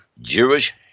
Jewish